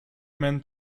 men